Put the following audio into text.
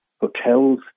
hotels